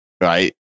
right